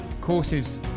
courses